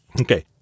Okay